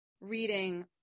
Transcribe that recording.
reading